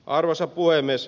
arvoisa puhemies